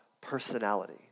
personality